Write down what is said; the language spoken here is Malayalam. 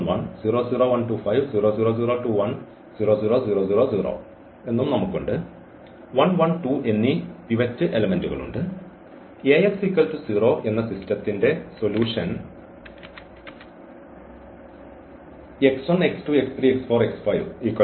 1 1 2 എന്നീ പിവറ്റ് ഘടകങ്ങളുണ്ട്